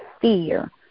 fear